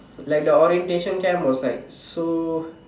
like the orientation camp was like so